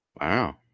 Wow